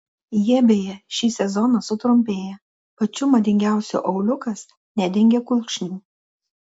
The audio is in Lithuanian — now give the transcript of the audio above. jie beje šį sezoną sutrumpėja pačių madingiausių auliukas nedengia kulkšnių